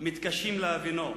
מתקשים להבינו".